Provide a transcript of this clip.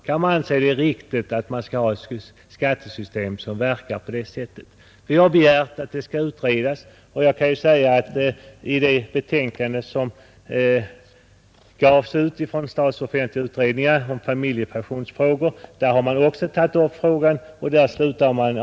Kan det vara riktigt att ha ett skattesystem som verkar på det sättet? Vi har begärt att det skall utredas, och jag kan nämna att frågan upptagits i det betänkande i Statens offentliga utredningar som handlar om familjepensionsfrågor.